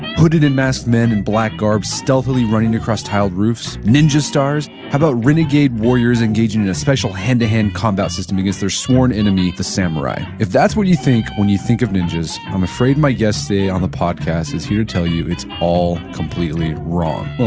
hooded and masked men in black garb, stealthily running across tiled roofs? ninja stars? how about renegade warriors engaging in a special hand to hand combat system against their sworn enemy the samurai? if that's what you think when you think of ninjas, i'm afraid my guest today on the podcast is here to tell you it's all completely wrong. well,